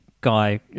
guy